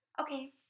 Okay